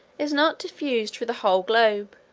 is not diffused through the whole globe,